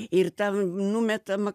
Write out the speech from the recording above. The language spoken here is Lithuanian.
ir ten numetama